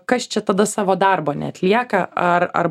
kas čia tada savo darbo neatlieka ar ar